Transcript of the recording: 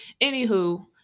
anywho